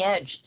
edge